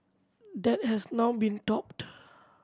that has now been topped